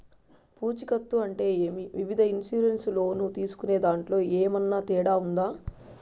పూచికత్తు అంటే ఏమి? వివిధ ఇన్సూరెన్సు లోను తీసుకునేదాంట్లో ఏమన్నా తేడా ఉందా?